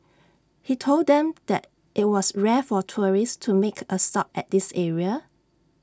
he told them that IT was rare for tourists to make A stop at this area